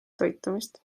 toitumist